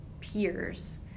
peers